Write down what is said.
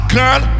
Girl